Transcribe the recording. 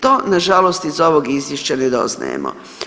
To nažalost iz ovog izvješća ne doznajemo.